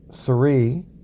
three